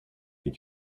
est